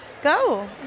Go